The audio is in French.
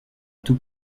tout